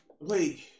Wait